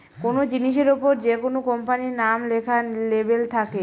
কোনো জিনিসের ওপর যেকোনো কোম্পানির নাম লেখা লেবেল থাকে